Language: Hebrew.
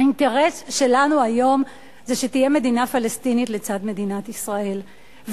האינטרס שלנו היום שתהיה מדינה פלסטינית לצד מדינת ישראל,